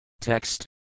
Text